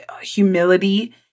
humility